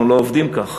אנחנו לא עובדים כך,